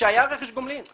כשהיה רכש גומלין,